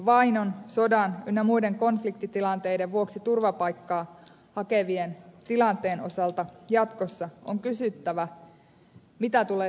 vainon sodan ynnä muiden konfliktitilanteiden vuoksi turvapaikkaa hakevien tilanteen osalta jatkossa on kysyttävä mitä tulee tapahtumaan